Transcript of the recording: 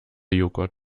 joghurt